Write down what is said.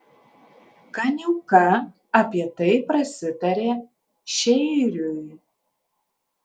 kaniauka apie tai prasitarė šeiriui